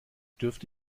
dürfte